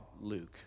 Luke